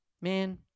man